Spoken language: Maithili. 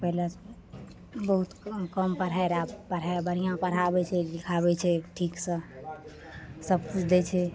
पहिले बहुत कम कम पढ़ाइ रहय आब पढ़ाइ बढ़िआँ पढ़ाबय छै लिखाबय छै ठीकसँ सभकिछु दै छै